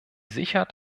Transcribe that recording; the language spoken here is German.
sichert